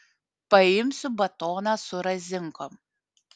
paimsiu batoną su razinkom